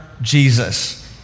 Jesus